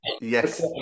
yes